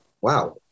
wow